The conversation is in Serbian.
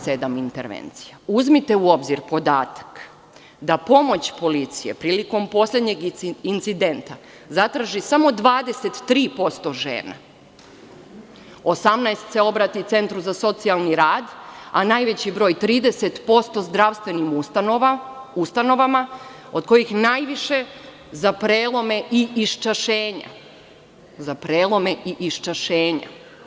Uzmite u obzir podatak da pomoć policije prilikom poslednjeg incidenta zatraži samo 23% žena, 18% se obrati centru za socijalni rad, a 30% zdravstvenim ustanovama od kojih najviše za prelome i iščašenja, za prelome i iščašenja.